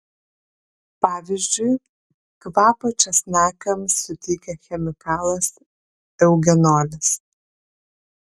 pavyzdžiui kvapą česnakams suteikia chemikalas eugenolis